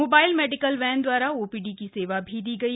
mobile medical van द्वारा OPD की सेवा दी गई